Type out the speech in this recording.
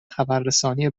خبررسانی